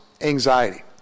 anxiety